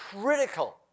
critical